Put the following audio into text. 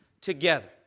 together